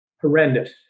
horrendous